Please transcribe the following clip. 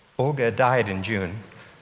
olga died in june.